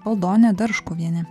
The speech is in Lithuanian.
valdonė darškuvienė